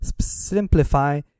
simplify